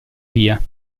via